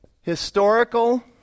historical